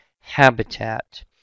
habitat